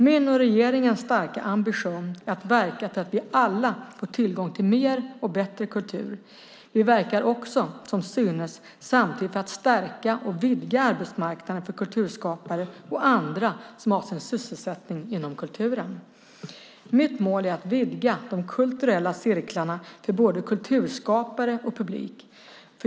Min och regeringens starka ambition är att verka för att vi alla får tillgång till mer och bättre kultur. Vi verkar också som synes samtidigt för att stärka och vidga arbetsmarknaden för kulturskapare och andra som har sin sysselsättning inom kulturen. Mitt mål är att vidga de kulturella cirklarna för både kulturskapare och publik.